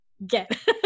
Get